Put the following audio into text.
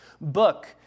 book